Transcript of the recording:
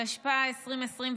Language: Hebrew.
התשפ"א 2021,